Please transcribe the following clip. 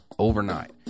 overnight